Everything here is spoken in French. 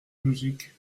logique